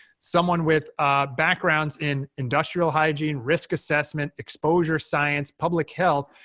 someone with backgrounds in industrial hygiene, risk assessment, exposure science, public health,